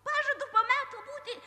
pažadu po metų būti